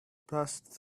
passed